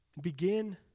Begin